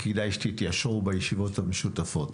כדאי שתתיישרו בישיבות המשותפות.